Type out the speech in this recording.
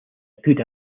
good